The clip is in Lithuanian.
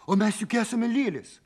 o mes juk esame lėlės